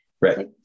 Right